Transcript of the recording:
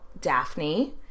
Daphne